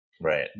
Right